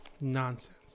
Nonsense